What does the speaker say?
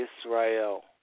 Israel